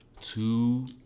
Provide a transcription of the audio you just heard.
two